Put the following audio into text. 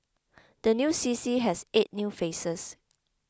the new C C has eight new faces